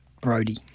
Brody